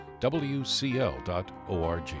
wcl.org